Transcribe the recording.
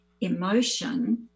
emotion